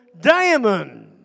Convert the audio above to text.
diamond